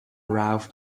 ralph